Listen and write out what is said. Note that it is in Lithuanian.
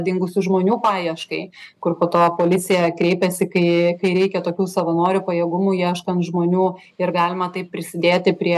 dingusių žmonių paieškai kur po to policija kreipiasi kai kai reikia tokių savanorių pajėgumų ieškom žmonių ir galima taip prisidėti prie